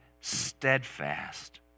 steadfast